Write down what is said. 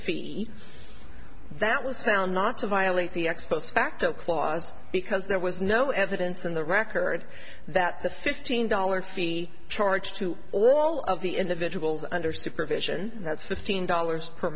fee that was found not to violate the ex post facto clause because there was no evidence in the record that the fifteen dollars fee charged to all of the individuals under supervision that's fifteen dollars per